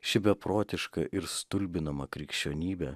ši beprotiška ir stulbinama krikščionybė